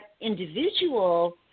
individual